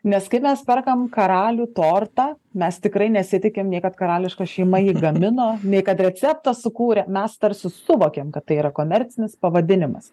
nes kai mes perkam karalių tortą mes tikrai nesitikimnei kad karališka šeima jį gamino nei kad receptą sukūrė mes tarsi suvokiam kad tai yra komercinis pavadinimas